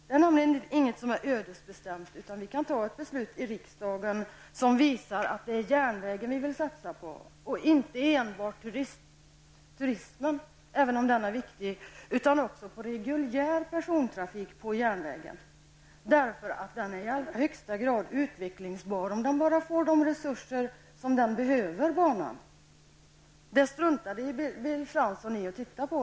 Det är nämligen inget som är ödesbestämt, utan vi kan ta ett beslut i riksdagen som visar att det är järnvägen vi vill satsa på, inte enbart turismen -- även om den är viktig -- utan också på reguljär persontrafik på järnvägen. Banan är i allra högsta grad utvecklingsbar om man bara får de resurser som behövs. Detta struntade Bill Fransson i att titta på.